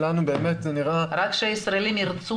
שלנו באמת זה נראה --- רק שהישראלים ירצו